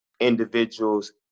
individuals